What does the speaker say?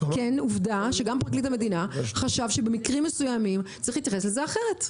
כאל עובדה שגם פרקליט המדינה חשב שבמקרים מסוימים צריך להתייחס לזה אחרת.